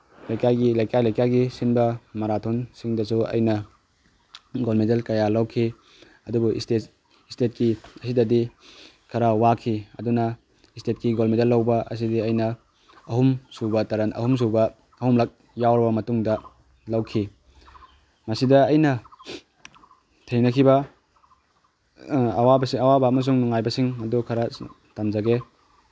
ꯂꯩꯀꯥꯏꯒꯤ ꯂꯩꯀꯥꯏ ꯂꯩꯀꯥꯏꯒꯤ ꯁꯤꯟꯕ ꯃꯔꯥꯊꯣꯟꯁꯤꯡꯗꯁꯨ ꯑꯩꯅ ꯒꯣꯜ ꯃꯦꯗꯜ ꯀꯌꯥ ꯂꯧꯈꯤ ꯑꯗꯨꯕꯨ ꯏꯁꯇꯦꯠ ꯏꯁꯇꯦꯠꯀꯤ ꯑꯁꯤꯗꯗꯤ ꯈꯔ ꯋꯥꯈꯤ ꯑꯗꯨꯅ ꯏꯁꯇꯦꯠꯀꯤ ꯒꯣꯜ ꯃꯦꯗꯜ ꯂꯧꯕ ꯑꯁꯤꯗꯤ ꯑꯩꯅ ꯑꯍꯨꯝ ꯁꯨꯕ ꯇꯔꯟ ꯑꯍꯨꯝ ꯁꯨꯕ ꯑꯍꯨꯝꯂꯛ ꯌꯥꯎꯔꯕ ꯃꯇꯨꯡꯗ ꯂꯧꯈꯤ ꯃꯁꯤꯗ ꯑꯩꯅ ꯊꯦꯡꯅꯈꯤꯕ ꯑꯋꯥꯕ ꯑꯋꯥꯕ ꯑꯃꯁꯨꯡ ꯅꯨꯡꯉꯥꯏꯕꯁꯤꯡ ꯑꯗꯨ ꯈꯔ ꯇꯝꯖꯒꯦ